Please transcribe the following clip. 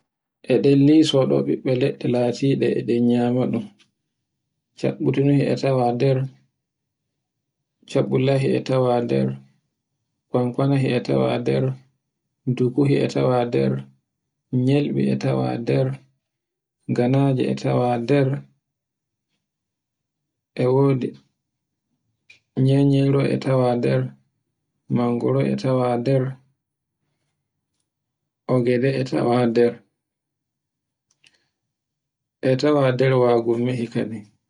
E de liso ɗo ɓiɓɓe leɗɗe latiɗe e ɗen yamaɗum capputu nuhi e tawa nder caɓɓullahi e tawa nder, konkonahi e tawa nder, dukkuhi e tawa nder, nelbi e tawa nder, ganaje e tawa nder, e wodi nenyeru e tawa nder, mangoro e tawa nder, ogede e tawa nder, e tawa nder wagumihi kadin.